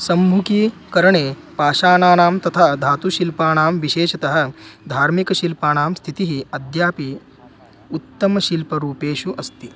सम्मुखीकरणे पाषाणानां तथा धातुशिल्पानां विशेषतः धार्मिकशिल्पानां स्थितिः अद्यापि उत्तमशिल्परूपेषु अस्ति